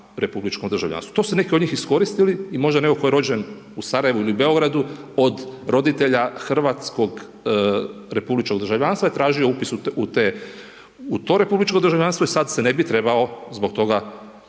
To su neki od njih iskoristili i možda netko tko je rođen u Sarajevu ili Beogradu od roditelja hrvatskog republičkog državljanstva je tražio upis u to republičko državljanstvo i sad se ne bi trebao zbog toga kajati,